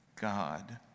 God